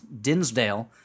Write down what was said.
Dinsdale